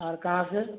ଆର୍ କା ଯେ